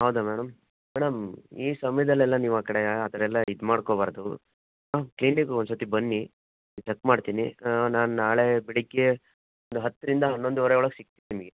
ಹೌದ madam madam ಈ ಸಮಯದಲ್ಲೆಲ್ಲ ನೀವು ಆ ಕಡೇ ಆ ಥರ ಎಲ್ಲ ಇದು ಮಾಡ್ಕೋಬಾರದು ಮ್ಯಾಮ್ ಕ್ಲಿನಿಕ್ಕಿಗೆ ಒಂದು ಸತಿ ಬನ್ನಿ ಚೆಕ್ ಮಾಡ್ತೀನಿ ನಾನು ನಾಳೇ ಬೆಳಗ್ಗೇ ಒಂದು ಹತ್ತರಿಂದ ಹನ್ನೊಂದುವರೆ ಒಳಗೆ ಸಿಗ್ತೀನಿ ನಿಮಗೆ